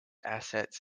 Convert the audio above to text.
assets